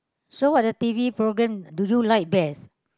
so what the t_v programme do you like best